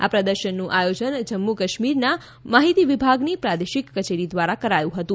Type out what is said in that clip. આ પ્રદર્શનનું આયોજન જમ્મુ કાશ્મીરના માહિતી વિભાગની પ્રાદેશિક કચેરી દ્વારા કરાયું હતુ